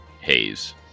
Haze